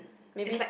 maybe